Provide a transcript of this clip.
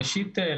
ראשית,